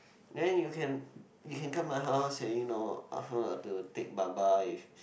then you can you can come my house and you know come up to take baba with